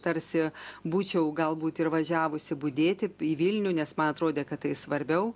tarsi būčiau galbūt ir važiavusi budėti į vilnių nes man atrodė kad tai svarbiau